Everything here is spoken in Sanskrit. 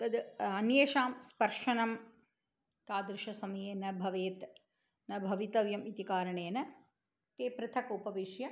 तद् अन्येषां स्पर्शनं तादृश समये न भवेत् न भवितव्यम् इति कारणेन ते पृथक् उपविश्य